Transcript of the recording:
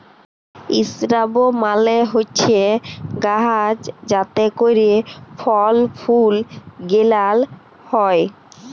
ইসরাব মালে হছে গাহাচ যাতে ক্যইরে ফল ফুল গেলাল হ্যয়